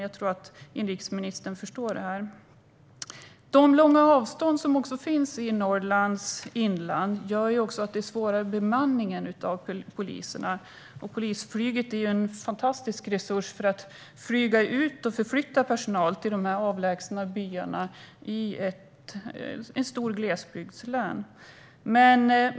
Jag tror att inrikesministern förstår. De långa avstånd som finns i Norrlands inland gör att bemanningen av poliser är svårare. Polisflyget är en fantastisk resurs för att flyga ut och förflytta personal till de avlägsna byarna i ett stort glesbygdslän.